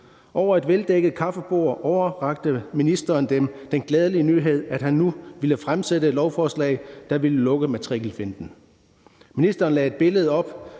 Over et veldækket kaffebord overrakte ministeren dem den glædelige nyhed, at han nu ville fremsætte et lovforslag, der ville lukke matrikelfinten. Ministeren lagde et billede fra